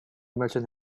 merchant